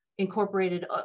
incorporated